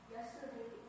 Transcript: Yesterday